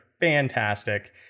fantastic